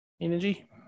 Energy